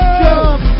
Jump